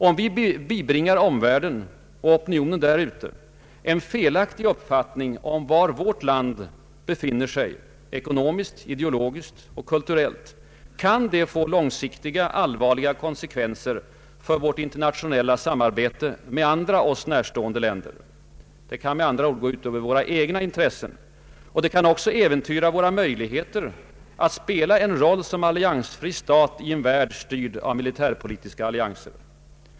Om vi bibringar omvärlden en felaktig uppfattning om var vårt land befinner sig ekonomiskt, ideologiskt och kulturellt, kan det få långsiktiga, allvarliga konsekvenser för vårt internationella samarbete med andra oss närstående länder. Det kan med andra ord gå ut över våra egna intressen, och det kan också äventyra våra möjligheter att spela en roll som alliansfri stat i en värld, styrd av militärpolitiska allianser.